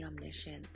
omniscient